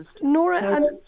Nora